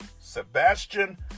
Sebastian